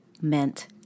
meant